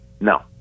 No